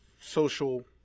social